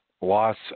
loss